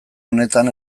honetan